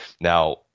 now